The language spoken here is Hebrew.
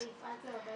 Provincial.